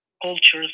Cultures